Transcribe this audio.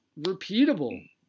repeatable